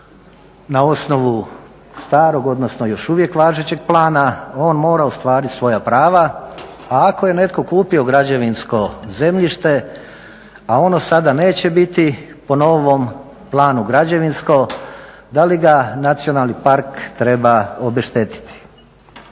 na osnovu starog odnosno još uvijek važećeg plana on mora ostvarit svoja prava, a ako je netko kupio građevinsko zemljište, a ono sada neće biti po novom planu građevinsko, da li ga nacionalni park treba obeštetiti.